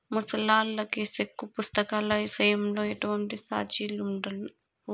ముసలాల్లకి సెక్కు పుస్తకాల ఇసయంలో ఎటువంటి సార్జిలుండవు